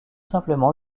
simplement